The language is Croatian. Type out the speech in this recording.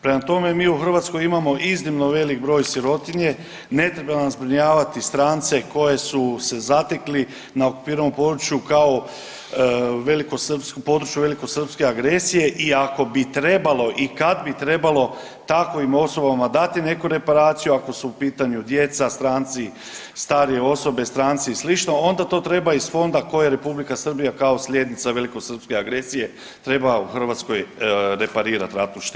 Prema tome, mi u Hrvatskoj imamo iznimno velik broj sirotinje, ne trebamo zbrinjavati strance koji su se zatekli na okupiranom području velikosrpske agresije i ako bi trebalo i kad bi trebalo takvim osobama dati neku reparaciju ako su u pitanju djeca, stranci, starije osobe, stranci i slično onda to treba iz fonda koje Republika Srbija kao slijednica velikosrpske agresija treba u Hrvatskoj reparirat ratnu štetu.